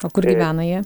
o kur gyvena jie